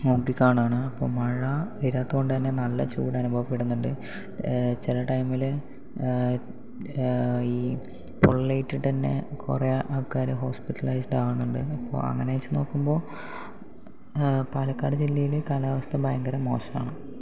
നോക്കി കാണുകയാണ് അപ്പോൾ മഴ വീഴാത്തതുകൊണ്ട് തന്നെ നല്ല ചൂട് അനുഭവപ്പെടുന്നുണ്ട് ചില ടൈമിൽ ഈ പൊള്ളൽ ഏറ്റിട്ട് തന്നെ കുറേ ആൾക്കാർ ഹോസ്പിറ്റലൈസ്ഡ് ആകുന്നുണ്ട് അപ്പം അങ്ങനെ വെച്ച് നോക്കുമ്പോൾ പാലക്കാട് ജില്ലയിലെ കാലാവസ്ഥ ഭയങ്കര മോശം ആണ്